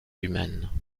humaine